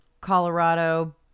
Colorado